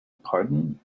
pardon